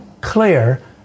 clear